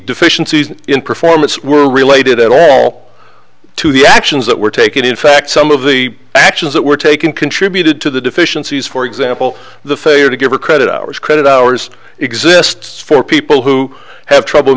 deficiencies in performance were related at all to the actions that were taken in fact some of the actions that were taken contributed to the deficiencies for example the failure to give her credit hours credit hours exists for people who have trouble